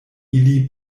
ili